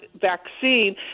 vaccine